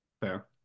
Fair